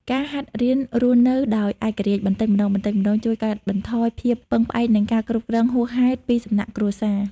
ការហាត់រៀនរស់នៅដោយឯករាជ្យបន្តិចម្តងៗ ជួយកាត់បន្ថយការពឹងផ្អែក និងការគ្រប់គ្រងហួសហេតុពីសំណាក់គ្រួសារ។